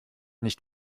nicht